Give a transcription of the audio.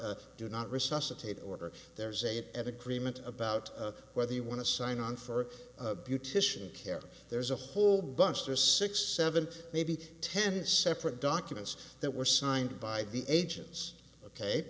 a do not resuscitate order there's a agreement about whether you want to sign on for a beautician care there's a whole bunch there are six seven maybe ten separate documents that were signed by the agents ok